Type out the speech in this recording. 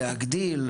להגדיל?